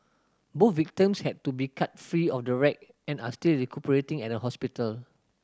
both victims had to be cut free of the wreck and are still recuperating at a hospital